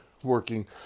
working